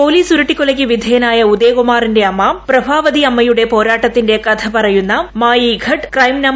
police ഉരുട്ടിക്കൊലയ്ക്കു വിധേയനായ ഉദയകുമാറിന്റെ അമ്മ പ്രഭാവതിയമ്മ യുടെ പോരാട്ടത്തിന്റെ കഥ പറയുന്ന മായി ഘട്ട് ക്രൈം നം